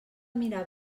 mirar